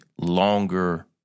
longer